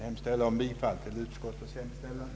Jag yrkar bifall till utskottets hemställan.